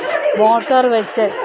motor വെച്ച്